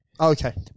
Okay